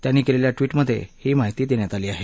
त्यांनी केलेल्या ट्वीटमध्ये ही माहिती देण्यात आली आहे